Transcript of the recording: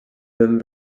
them